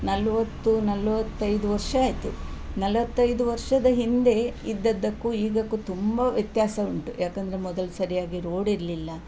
ನಲವತ್ತು ನಲವತ್ತೈದು ವರ್ಷ ಆಯಿತು ನಲವತ್ತೈದು ವರ್ಷದ ಹಿಂದೆ ಇದ್ದದ್ದಕ್ಕು ಈಗಕ್ಕು ತುಂಬ ವ್ಯತ್ಯಾಸ ಉಂಟು ಯಾಕೆಂದ್ರೆ ಮೊದಲು ಸರಿಯಾಗಿ ರೋಡ್ ಇರಲಿಲ್ಲ